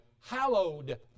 hallowed